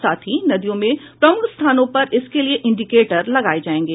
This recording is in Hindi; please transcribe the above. साथ ही नदियों में प्रमुख स्थानों पर इसके लिए इंडीकेटर लगाये जायेंगे